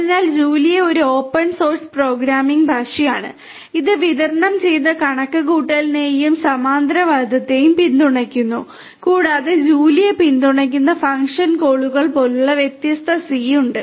അതിനാൽ ജൂലിയ ഒരു open source programming ഭാഷയാണ് ഇത് വിതരണം ചെയ്ത കണക്കുകൂട്ടലിനെയും സമാന്തരവാദത്തെയും പിന്തുണയ്ക്കുന്നു കൂടാതെ ജൂലിയ പിന്തുണയ്ക്കുന്ന ഫംഗ്ഷൻ കോളുകൾ പോലുള്ള വ്യത്യസ്ത സി ഉണ്ട്